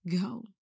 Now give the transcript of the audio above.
go